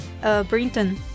Brinton